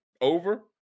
over